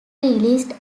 released